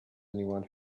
anyone